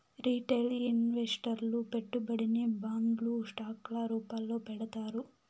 retail ఇన్వెస్టర్లు పెట్టుబడిని బాండ్లు స్టాక్ ల రూపాల్లో పెడతారు